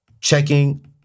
checking